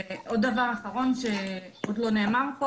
ועוד דבר אחרון שפשוט לא נאמר פה